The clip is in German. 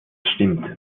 stimmt